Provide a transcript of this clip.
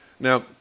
Now